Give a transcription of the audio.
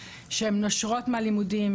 נושרות מהלימודים,